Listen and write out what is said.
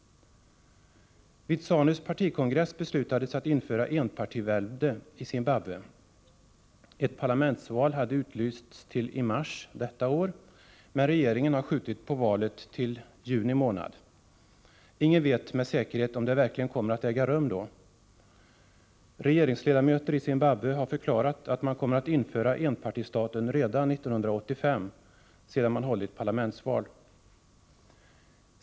Vid ZANU:s partikongress beslutades att införa enpartivälde i Zimbabwe. Ett parlamentsval hade utlysts till i mars detta år, men regeringen har skjutit på valet till juni. Ingen vet med säkerhet om det verkligen kommer att äga rum då. Regeringsledamöter i Zimbabwe har förklarat att man kommer att införa enpartistaten redan 1985, sedan man hållit parlamentsval.